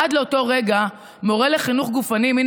עד לאותו רגע מורה לחינוך גופני מן